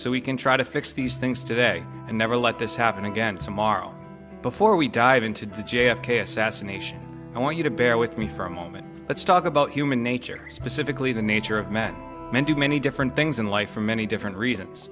so we can try to fix these things today and never let this happen again tomorrow before we dive into the j f k assassination i want you to bear with me for a moment let's talk about human nature specifically the nature of men men do many different things in life for many different reasons